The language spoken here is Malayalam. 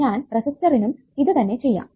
ഞാൻ റെസിസ്റ്ററിനും ഇത് തന്നെ ചെയ്യാം